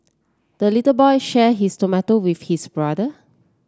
the little boy share his tomato with his brother